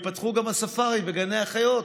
ייפתחו גם הספארי וגני החיות.